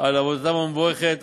על עבודתם המבורכת.